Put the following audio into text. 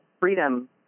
freedom